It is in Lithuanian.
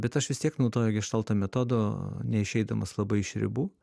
bet aš vis tiek naudoju geštalto metodo neišeidamas labai iš ribų